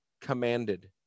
Commanded